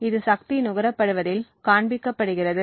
இது சக்தி நுகரப்படுவதில் காண்பிக்கப்படுகிறது